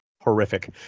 Horrific